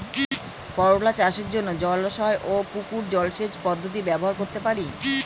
করোলা চাষের জন্য জলাশয় ও পুকুর জলসেচ পদ্ধতি ব্যবহার করতে পারি?